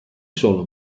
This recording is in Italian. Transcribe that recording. sono